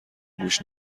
گوش